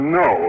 no